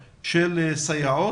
סייעות,